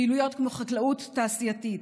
פעילויות כמו חקלאות תעשייתית,